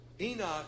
Enoch